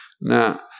Now